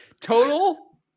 Total